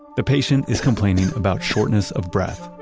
the patient is complaining about shortness of breath,